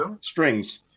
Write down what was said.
Strings